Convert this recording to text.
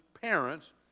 parents